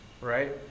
right